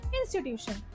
Institution